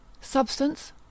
Substance